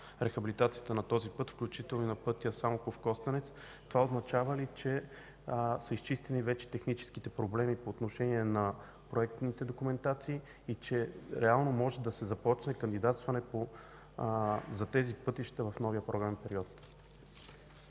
рехабилитацията на този път, включително и на пътя Самоков – Костенец. Това означава ли, че вече са изчистени техническите проблеми по отношение на проектните документации и че реално може да се започне кандидатстване за тези пътища в новия програмен период?